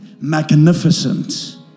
magnificent